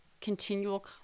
continual